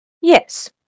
Yes